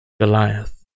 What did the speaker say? Goliath